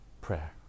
Prayer